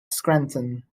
scranton